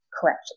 correct